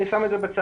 אני שם את זה בצד.